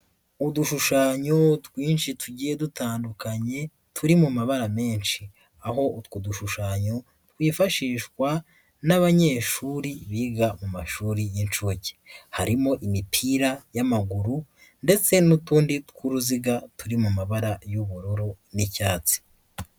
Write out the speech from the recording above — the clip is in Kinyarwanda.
Udushushanyo twinshi tugiye dutandukanye turi mu mabara menshi, aho utwo dushushanyo twifashishwa n'abanyeshuri biga mu mashuri y'inshuke, harimo imipira y'amaguru ndetse n'utundi tw'uruziga turi mu mabara y'ubururu n'icyatsi.